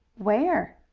where?